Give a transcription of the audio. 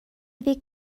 iddi